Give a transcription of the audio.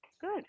Good